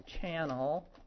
channel